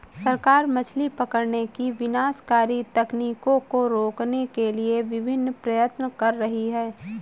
सरकार मछली पकड़ने की विनाशकारी तकनीकों को रोकने के लिए विभिन्न प्रयत्न कर रही है